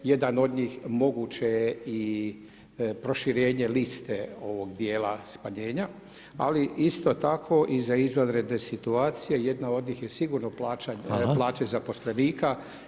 Jedan od njih moguće je i proširenje liste ovog dijela smanjenja, ali isto tako i za izvanredne situacije, jedna od njih je sigurno plaće [[Upadica: Hvala.]] zaposlenika.